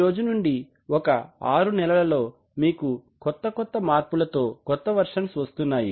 ఈరోజు నుండి ఒక ఆరు నెలల లో మీకు కొత్త కొత్త మార్పులతో కొత్త వెర్షన్స్ వస్తున్నాయి